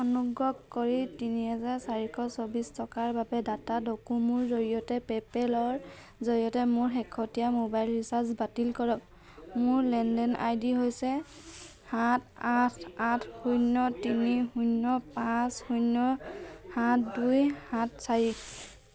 অনুগ্ৰহ কৰি তিনি হাজাৰ চাৰিশ চৌবিছ টকাৰ বাবে টাটা ডকোমোৰ জৰিয়তে পেপে'লৰ জৰিয়তে মোৰ শেহতীয়া মোবাইল ৰিচাৰ্জ বাতিল কৰক মোৰ লেনদেন আই ডি হৈছে সাত আঠ আঠ শূন্য তিনি শূন্য পাঁচ শূন্য সাত দুই সাত চাৰি